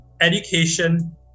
education